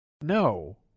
No